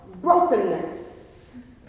brokenness